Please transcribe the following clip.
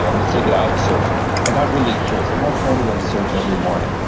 ah and let's take it out surfing. i got really curious. how far do i surf every morning.